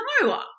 no